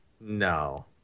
No